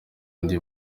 ndi